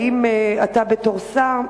האם אתה, בתור שר,